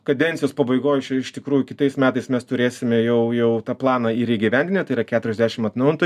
kadencijos pabaigoj iš tikrųjų kitais metais mes turėsime jau jau tą planą ir įgyvendinę tai yra keturiasdešim atnaujintų